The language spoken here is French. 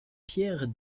pierre